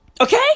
Okay